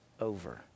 over